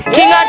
King